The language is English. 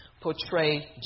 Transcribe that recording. portray